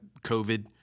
covid